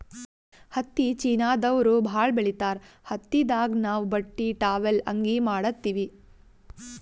ಹತ್ತಿ ಚೀನಾದವ್ರು ಭಾಳ್ ಬೆಳಿತಾರ್ ಹತ್ತಿದಾಗ್ ನಾವ್ ಬಟ್ಟಿ ಟಾವೆಲ್ ಅಂಗಿ ಮಾಡತ್ತಿವಿ